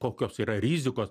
kokios yra rizikos